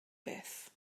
beth